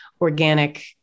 organic